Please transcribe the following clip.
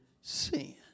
sin